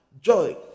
joy